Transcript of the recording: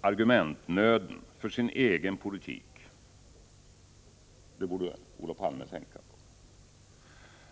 argumentnöden för sin egen politik. Det borde Olof Palme tänka på.